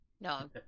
No